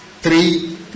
three